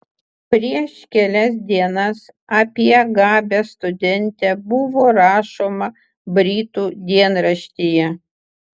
prieš kelias dienas apie gabią studentę buvo rašoma britų dienraštyje